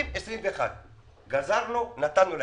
2021-2020. גזרנו ונתנו להם.